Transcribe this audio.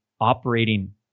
operating